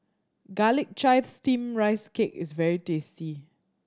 Garlic Chives Steamed Rice Cake is very tasty